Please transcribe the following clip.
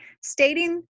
stating